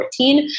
2014